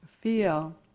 feel